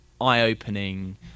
eye-opening